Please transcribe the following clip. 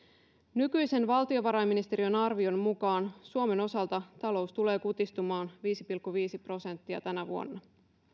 nykyisen valtiovarainministeriön arvion mukaan suomen osalta talous tulee kutistumaan viisi pilkku viisi prosenttia tänä vuonna